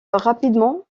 rapidement